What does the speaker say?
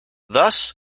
thus